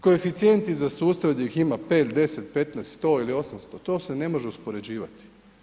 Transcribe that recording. Koeficijenti za sustave gdje ih ima 5, 10, 15, 100 ili 800, to se ne može uspoređivati.